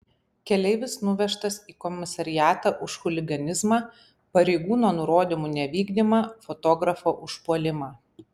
keleivis nuvežtas į komisariatą už chuliganizmą pareigūno nurodymų nevykdymą fotografo užpuolimą